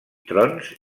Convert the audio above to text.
trons